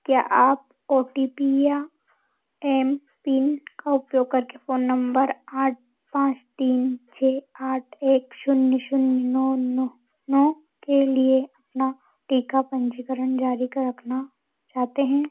क्या आप O T P या एम पिन का उपयोग करके फ़ोन नम्बर आठ पाँच तीन छः आठ एक शून्य शून्य नौ नौ नौ के लिए अपना टीका पंजीकरण जारी रखना चाहते हैं